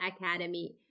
Academy